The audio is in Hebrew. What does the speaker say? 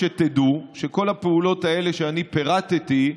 תדעו שכל הפעולות האלה שפירטתי,